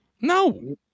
No